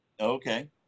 Okay